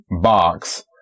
box